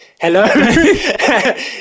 hello